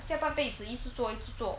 下半辈子一直做一直做